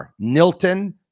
Nilton